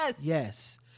yes